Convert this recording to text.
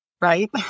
right